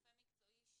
רופא מקצועי,